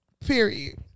period